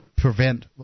prevent